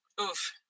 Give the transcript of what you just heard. oof